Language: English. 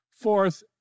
Fourth